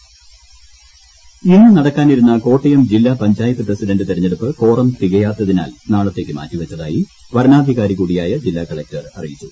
തെരഞ്ഞെടുപ്പ് കോട്ടയം ഇന്ന് നടക്കാനിരുന്ന കോട്ടയം ജില്ലാ പഞ്ചായത്ത് പ്രസിഡന്റ് തെരഞ്ഞെടുപ്പ് കോറം തികയാത്തതിനാൽ നാളെത്തേക്ക് മാറ്റി വച്ചതായി വരണാധികാരി കൂടിയായ ജില്ല കളക്ടർ അറിയിച്ചു